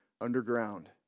underground